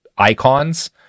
icons